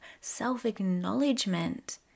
self-acknowledgement